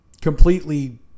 completely